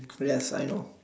yes I know